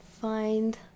find